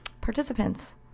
participants